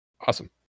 Awesome